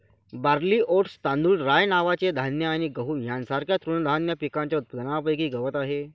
barley, oats, तांदूळ, rye नावाचे धान्य आणि गहू यांसारख्या तृणधान्य पिकांच्या उत्पादनापैकी गवत आहे